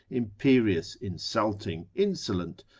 imperious, insulting, insolent,